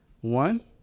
One